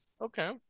okay